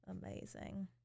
Amazing